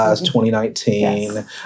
2019